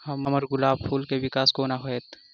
हम्मर गुलाब फूल केँ विकास कोना हेतै?